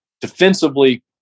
Defensively